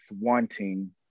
wanting